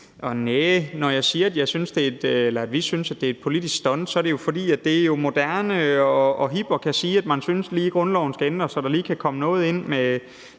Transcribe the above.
Når jeg siger, at vi synes, det er et politisk stunt, så er det, fordi det jo er moderne og hipt at kunne sige, at man synes, at grundloven lige skal ændres, så der kan komme noget ind med